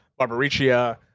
Barbariccia